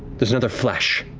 there's another flash.